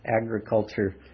agriculture